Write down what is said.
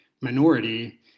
minority